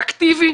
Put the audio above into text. אקטיבי.